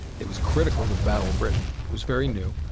it was critical to the battle of britain. it was very new.